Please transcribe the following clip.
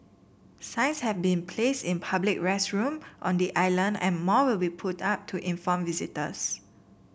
signs have been place in public restroom on the island and more will be put up to inform visitors